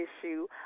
issue